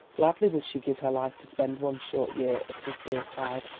gladly would she give her life to spend one short year at his dear side.